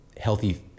healthy